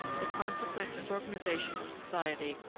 the consequent disorganisation of society,